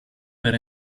per